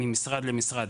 ממשרד למשרד.